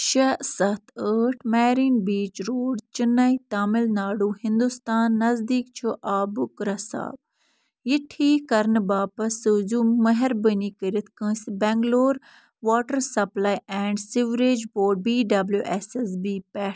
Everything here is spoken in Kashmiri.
شےٚ سَتھ ٲٹھ مٮ۪ریٖن بیٖچ روڈ چِنَے تمل ناڈو ہِنٛدوستان نزدیٖک چھُ آبُک رساو یہِ ٹھیٖک کرنہٕ باپَتھ سوٗزِو مہربٲنی کٔرِتھ کٲنٛسہِ Bangalore water supply and sewerage board B W S S B پٮ۪ٹھ